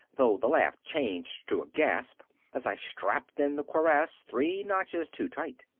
though the laugh changed to a gasp as i strapped in the cuirass three notches too tight.